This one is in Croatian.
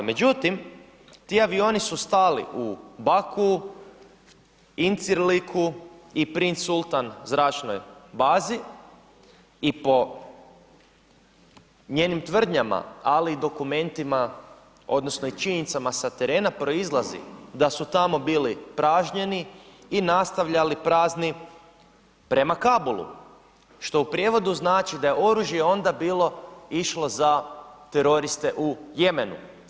Međutim ti avioni su stali u Baku, Incirliku i Prince Sultan zračnoj bazi i po njenim tvrdnjama ali i dokumenti odnosno i činjenicama sa terena proizlazi da su tamo bili pražnjeni i nastavljali prazni prema Kabulu što u prijevodu znači da da je oružje onda bilo išlo za teroriste u Jemenu.